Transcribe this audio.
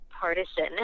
partisan